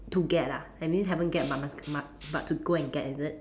to get ah that mean haven't get but must mu~ but to go and get is it